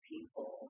people